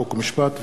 חוק ומשפט.